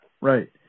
Right